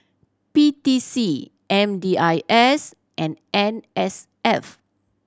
P T C M D I S and N S F